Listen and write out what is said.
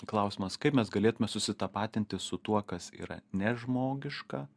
klausimas kaip mes galėtume susitapatinti su tuo kas yra nežmogiška